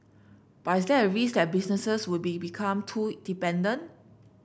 but is there a risk that businesses would become too dependent